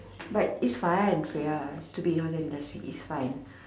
but it's fun ya to be in hotel industry it's fun